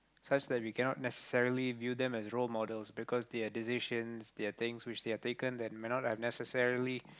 such that we cannot necessarily view them as role models because there are decisions there are things which they have taken that may not have necessarily